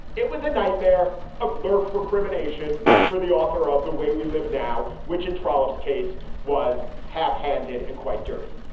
it was a nightmare of laugh recrimination for the author of the way we live now, which in trollops case was half handed and quite dirty.